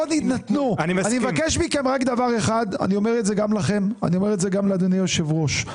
אני מבקש מכם רק דבר אחד ואני אומר את זה גם לכם וגם לאדוני היושב ראש,